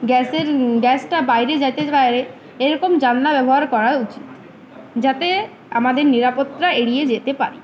গ্যাসের গ্যাসটা বাইরে যাতে বাইরে এরকম জানলা ব্যবহার করা উচিত যাতে আমাদের নিরাপত্তা এড়িয়ে যেতে পারে